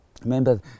Remember